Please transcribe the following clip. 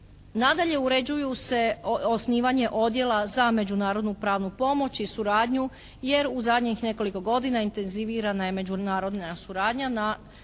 Nadalje, uređuju se osnivanje odjela za međunarodnu pravu pomoć i suradnju jer u zadnjih nekoliko godina intenzivirana je međunarodna suradnja na,